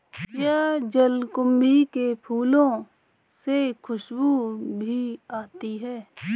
क्या जलकुंभी के फूलों से खुशबू भी आती है